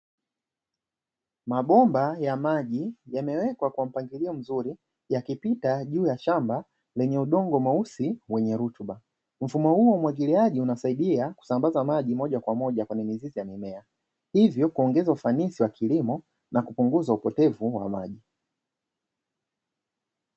Mabomba ya maji yamewekwa kwa mpangilio mzuri yakipita juu ya shamba lenye udongo mweusi wenye rutuba. Mfumo huu wa umwagiliaji unasaidia kusambaza maji moja kwa moja kwenye mizizi ya mimea hivyo kuongeza ufanisi wa kilimo na kupunguza upotevu wa maji.